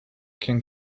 can